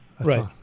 Right